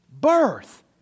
Birth